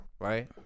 right